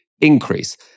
increase